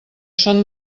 són